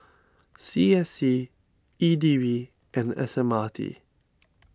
C S C E D B and S M R T